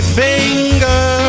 finger